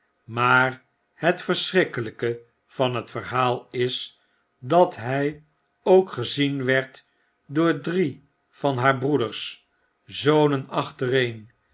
maar het verschrikkeiyke van het verhaal is dathy ook gezien werd door drie van haar broeders zonen achtereen